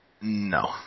No